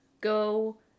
go